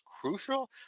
crucial